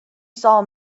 saw